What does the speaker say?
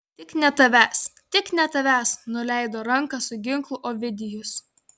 tik ne tavęs tik ne tavęs nuleido ranką su ginklu ovidijus